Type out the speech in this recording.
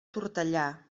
tortellà